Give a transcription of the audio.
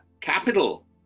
Capital